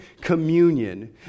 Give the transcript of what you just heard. communion